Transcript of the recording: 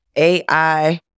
AI